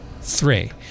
three